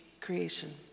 creation